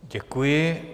Děkuji.